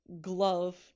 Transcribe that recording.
glove